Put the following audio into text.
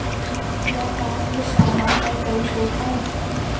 क्या कार के सामान पर कोई छूट है